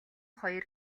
хоёр